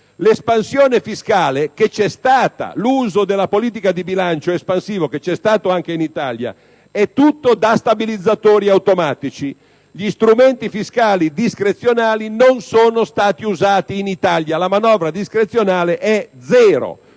monetario internazionale, l'uso della politica di bilancio espansiva - c'è stato anche in Italia - è tutto da stabilizzatori automatici; gli strumenti fiscali discrezionali non sono stati usati in Italia. La manovra discrezionale è pari